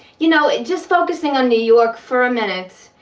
you know, just focusing on new york for a minute,